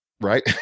Right